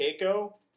Keiko